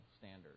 standard